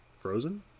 Frozen